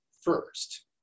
first